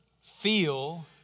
Feel